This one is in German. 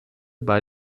bei